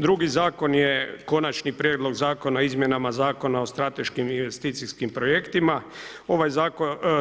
Drugi Zakon je konačni prijedlog Zakona o izmjenama Zakona o strateškim investicijskim projektima, ovaj